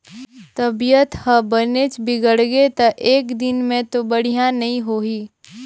तबीयत ह बनेच बिगड़गे त एकदिन में तो बड़िहा नई होही